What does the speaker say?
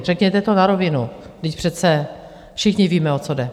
Řekněte to na rovinu, vždyť přece všichni víme, o co jde.